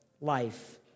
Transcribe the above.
life